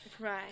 Right